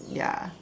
ya